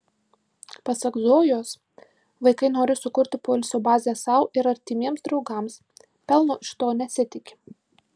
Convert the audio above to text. pasak zojos vaikai nori sukurti poilsio bazę sau ir artimiems draugams pelno iš to nesitiki